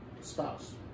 spouse